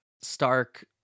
Stark